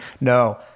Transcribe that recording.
no